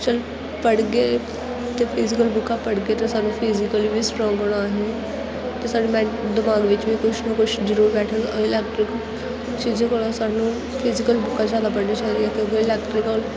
चल पढ़गे ते फिजीकल बुक्कां पढ़गे ते सानूं फिजीकली बी स्ट्रांग होना असें ते साढ़ी मेन दमाग बिच्च बी कुछ ना कुछ जरूर बैठे दा इलैक्ट्रनिक चीजें कोला सानूं फिजीकल बुक्कां जैदा पढ़नियां चाहिदियां क्योंकि इलैक्ट्रिक होन